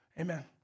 Amen